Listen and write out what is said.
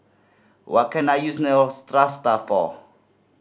what can I use Neostrata for